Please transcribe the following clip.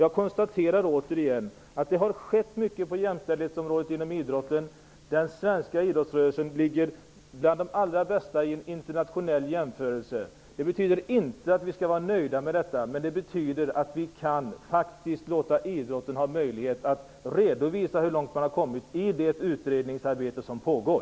Jag konstaterar återigen att det har skett mycket på jämställdhetsområdet inom idrotten. Den svenska idrottsrörelsen hör till de allra bästa vid en internationell jämförelse. Det betyder inte att vi skall vara nöjda, men det betyder att vi kan låta idrotten få möjlighet att redovisa hur långt man har kommit i det utredningsarbete som pågår.